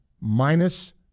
minus